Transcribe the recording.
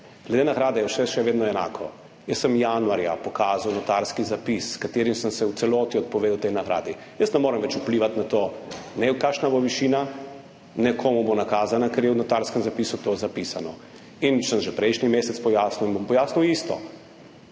Glede nagrade je vse še vedno enako. Jaz sem januarja pokazal notarski zapis, s katerim sem se v celoti odpovedal tej nagradi. Jaz ne morem več vplivati na to, ne kakšna bo višina, ne nekomu bo nakazana, ker je v notarskem zapisu to zapisano. Sem že prejšnji mesec pojasnil in bom pojasnil isto,